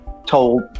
told